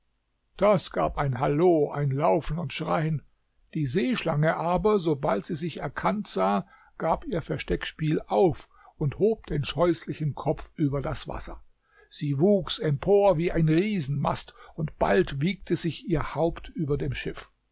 das gab ein hallo ein laufen und schreien die seeschlange aber sobald sie sich erkannt sah gab ihr versteckspiel auf und hob den scheußlichen kopf über das wasser sie wuchs empor wie ein riesenmast und bald wiegte sich ihr haupt über dem schiff